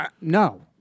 no